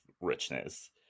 richness